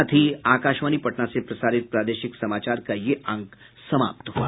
इसके साथ ही आकाशवाणी पटना से प्रसारित प्रादेशिक समाचार का ये अंक समाप्त हुआ